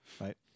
right